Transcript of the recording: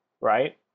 right